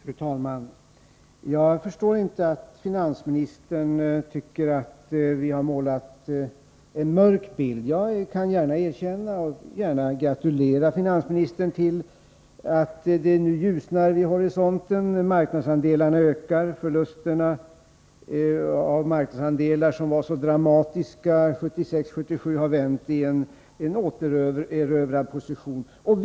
Fru talman! Jag förstår inte varför finansministern tycker att vi har målat en mörk bild. Jag kan gärna erkänna och även gratulera finansministern till att det nu ljusnar vid horisonten. Marknadsandelarna ökar. Förlusterna av marknadsandelar — som var så dramatiska 1976 och 1977 till följd av den ofördelaktiga kostnadsutvecklingen — har vänt och Sverige återerövrar positioner.